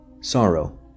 Sorrow